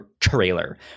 trailer